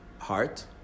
heart